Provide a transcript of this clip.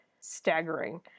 staggering